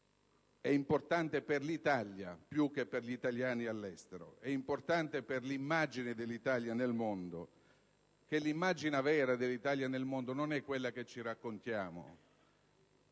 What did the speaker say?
importante per l'Italia più che per gli italiani all'estero; è importante per l'immagine dell'Italia nel mondo, perché l'immagine vera dell'Italia nel mondo non è quella che ci raccontiamo.